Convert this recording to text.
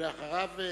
ואחריו,